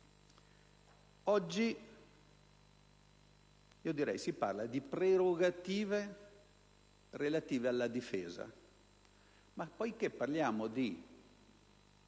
Oggi si parla di prerogative relative alla difesa: parliamo di